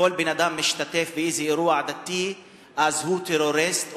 כל בן-אדם שמשתתף באיזה אירועי דתי הוא טרוריסט.